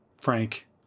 Frank